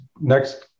next